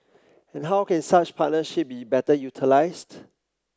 and how can such partnership be better utilised